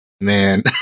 man